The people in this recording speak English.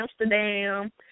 Amsterdam